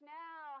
now